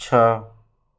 छः